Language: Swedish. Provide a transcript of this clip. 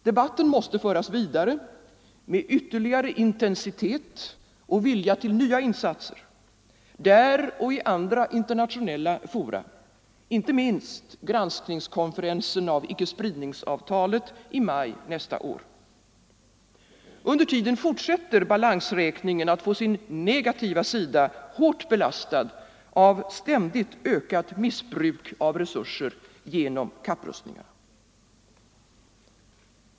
Debatten måste föras vidare, med ytterligare intensitet och vilja till nya insatser, där och i andra internationella fora, inte minst granskningskonferensen beträffande ickespridningsavtalet i maj nästa år. Under tiden fortsätter balansräkningen att få sin negativa sida hårt belastad av ständigt ökat missbruk av resurser genom kapprustningarna.